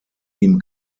ihm